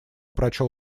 прочел